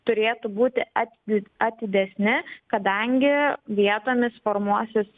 turėtų būti ati atidesni kadangi vietomis formuosis